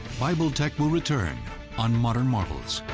bible tech will return on modern marvels.